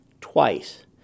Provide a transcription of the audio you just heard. twice